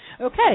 okay